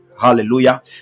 Hallelujah